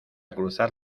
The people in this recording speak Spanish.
cruzar